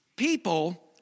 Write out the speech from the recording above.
People